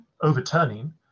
overturning